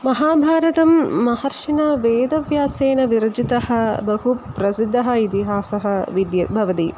महाभारतं महर्षिणा वेदव्यासेन विरचिता बहु प्रसिद्धा इतिहासविद्या भवति